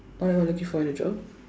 what are you looking for a job